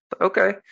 Okay